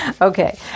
Okay